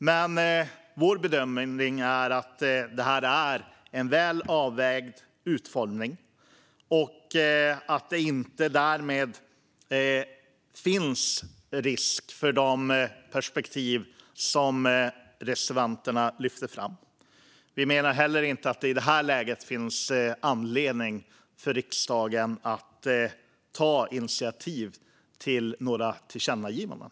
Men vår bedömning är att förslaget har fått en väl avvägd utformning och att det inte därmed finns risk för de perspektiv som reservanterna lyfter fram. Vi menar heller inte att det i det här läget finns anledning för riksdagen att ta initiativ till några tillkännagivanden.